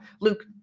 Luke